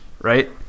right